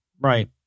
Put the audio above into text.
right